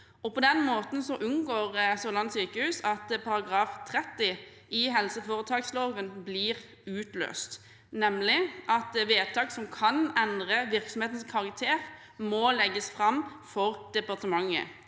På denne måten unngår Sørlandet sykehus at § 30 i helseforetaksloven blir utløst, nemlig at vedtak som kan endre virksomhetens karakter, må legges fram for departementet.